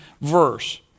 verse